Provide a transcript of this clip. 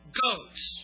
goats